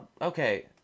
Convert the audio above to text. Okay